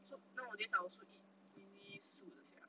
soup nowadays I also eat mainly 素的 sia